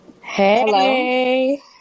Hey